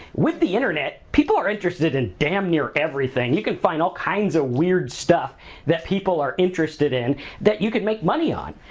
with the internet, people are interested in damn near everything. you can find all kinds of weird stuff that people are interested in that you can make money on,